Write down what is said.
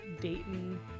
Dayton